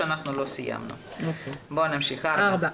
(4)